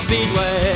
Speedway